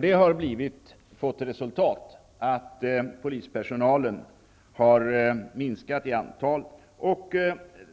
Det har fått till resultat att polispersonalen har minskat i antal.